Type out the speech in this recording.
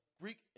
Greek